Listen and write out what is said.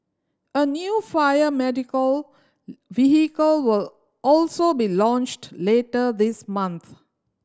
a new fire medical vehicle will also be launched later this month